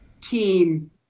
team